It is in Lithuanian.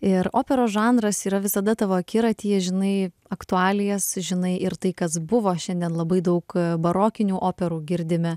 ir operos žanras yra visada tavo akiratyje žinai aktualijas žinai ir tai kas buvo šiandien labai daug barokinių operų girdime